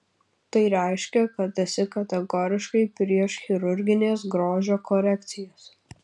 tai reiškia kad esi kategoriškai prieš chirurgines grožio korekcijas